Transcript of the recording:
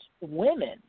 women